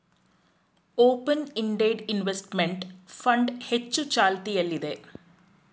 open ended investment fund ಹೆಚ್ಚು ಚಾಲ್ತಿಯಲ್ಲಿದೆ